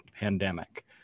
pandemic